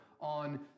on